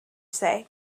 say